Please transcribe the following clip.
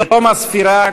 בתום הספירה,